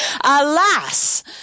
Alas